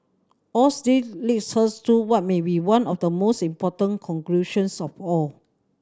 all leads us to what may be one of the most important conclusions of all